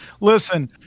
listen